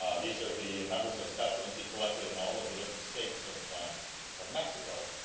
these are the numbers of specimens he collected in all of the different states of of mexico.